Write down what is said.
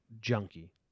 junkie